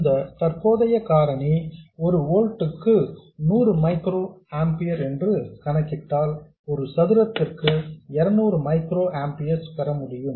இந்த தற்போதைய காரணி 1 ஓல்ட்க்கு 100 மைக்ரோ ஆம்பியர் என்று கணக்கிட்டால் ஒரு சதுரத்திற்கு 200 மைக்ரோ ஆம்பியர்ஸ் பெற முடியும்